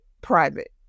private